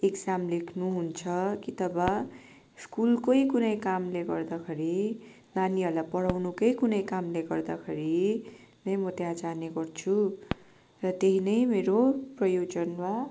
exam लेख्नु हुन्छ कि त बा स्कुलकै कुनै कामले गर्दाखेरि नानीहरूलाई पढाउनुकै कुनै कामले गर्दाखेरि नै म त्यहाँ जाने गर्छु र त्यही नै मेरो प्रयोजन वा काम हुने गर्छ